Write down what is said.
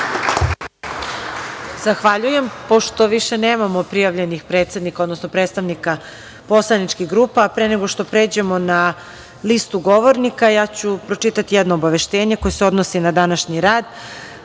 Zahvaljujem. Pošto više nemamo prijavljenih predsednika, odnosno predstavnika poslaničkih grupa, pre nego što pređemo na listu govornika, ja ću pročitati jedno obaveštenje koje se odnosi na današnji